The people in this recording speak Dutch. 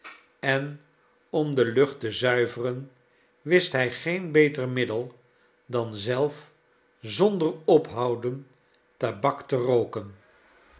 en om de lucht te zuiveren wist hij geen beter middel dan zelf zonder ophouden tabak te rooken